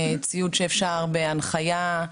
ציוד שאפשר בהנחיה,